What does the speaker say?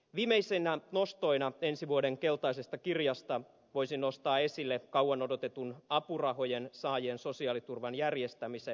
viimeisinä nostoina ensi vuoden keltaisesta kirjasta voisin nostaa esille kauan odotetun apurahojensaajien sosiaaliturvan järjestämisen